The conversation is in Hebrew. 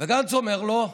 וגנץ אומר לו: